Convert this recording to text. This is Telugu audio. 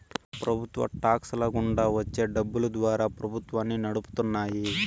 ప్రభుత్వ టాక్స్ ల గుండా వచ్చే డబ్బులు ద్వారా ప్రభుత్వాన్ని నడుపుతున్నాయి